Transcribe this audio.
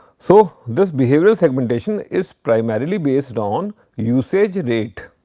so, this behavioral segmentation is primarily based on usage rate.